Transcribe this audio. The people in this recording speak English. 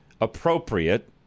appropriate